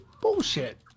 bullshit